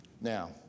Now